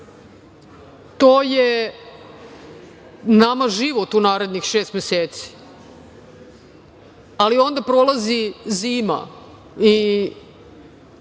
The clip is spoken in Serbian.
To je nama život u narednih šest meseci, ali onda prolazi zima i